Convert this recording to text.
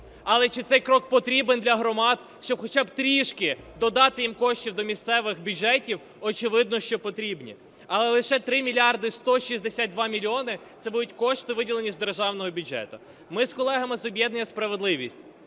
Але чи цей крок потрібен для громад, щоб хоча б трішки додати їм коштів до місцевих бюджетів? Очевидно, що потрібен. Але лише 3 мільярди 162 мільйони – це будуть кошти, виділені з державного бюджету. Ми з колегами з об'єднання "Справедливість",